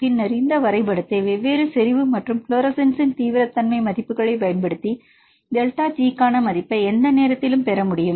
பின்னர் இந்த வரைபடத்தை வெவ்வேறு செறிவு மற்றும் ஃப்ளோரசன்ஸின் தீவிரத்தன்மை மதிப்புகளைப் பயன்படுத்தி டெல்டா G க்கான மதிப்பை எந்த நேரத்திலும் பெற முடியும்